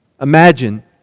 Imagine